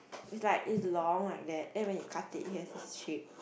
it's like it's long like that and then when you cut it it has this shape